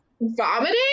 vomiting